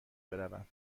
بروم